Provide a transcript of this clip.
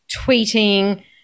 tweeting